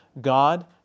God